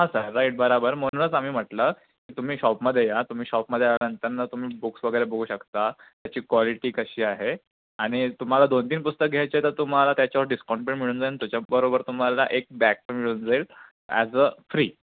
हा sir right बरोबर म्हणूनच आम्ही म्हटलं तुम्ही शॉपमध्ये या तुम्ही शॉपमध्ये आल्यानंतरनं तुम्ही बुक्स वगैरे बघू शकता त्याची क्वालिटी कशी आहे आणि तुम्हाला दोन तीन पुस्तकं घ्यायचे तर तुम्हाला त्याच्यावर डिस्काउंट पण मिळून जाईल त्याच्या बरोबर तुम्हाला एक बॅग पण मिळून जाईल ॲज अ फ्री